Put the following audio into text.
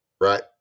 right